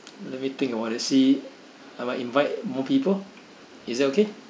let me think about it see I might invite more people is it okay